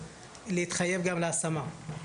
להתחייב גם להשמה,